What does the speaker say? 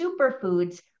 superfoods